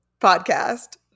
podcast